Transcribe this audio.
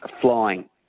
Flying